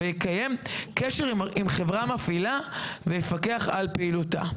ויקיים קשר עם חברה מפעילה ויפקח על פעילותה.